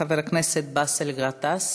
חבר הכנסת באסל גטאס.